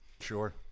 Sure